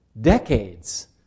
decades